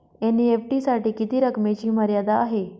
NEFT साठी किती रकमेची मर्यादा आहे?